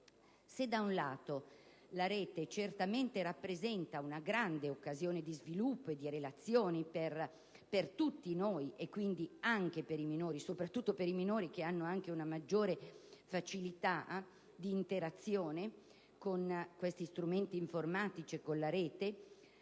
Se da un lato la rete certamente rappresenta una grande occasione di sviluppo e di relazioni per tutti noi e quindi anche per i minori (soprattutto per i minori, che hanno anche una maggiore facilità di interazione con questi strumenti informatici e con la rete),